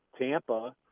Tampa